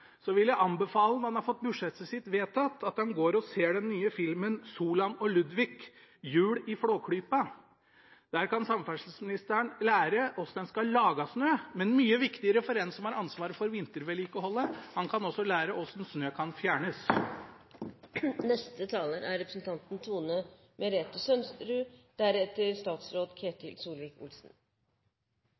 vil jeg anbefale ham, når han har fått budsjettet sitt vedtatt, å gå og se den nye filmen «Solan og Ludvig – Jul i Flåklypa». Der kan samferdselsministeren lære hvordan en skal lage snø. Men mye viktigere for en som har ansvaret for vintervedlikeholdet: Han kan også lære hvordan snø kan fjernes. Dette er